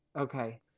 Okay